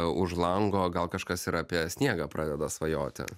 už lango gal kažkas ir apie sniegą pradeda svajoti